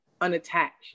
unattached